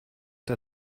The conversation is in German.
der